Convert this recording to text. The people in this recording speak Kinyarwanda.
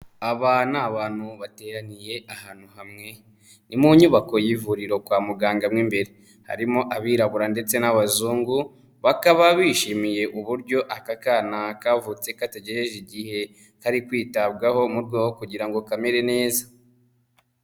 Aba ni abantu bateraniye ahantu hamwe, ni mu nyubako y'ivuriro kwa muganga mo imbere. Harimo abirabura ndetse n'abazungu. Bakaba bishimiye uburyo aka kana kavutse katagejeje igihe kari kwitabwaho mu rwego rwo kugira ngo kamere neza.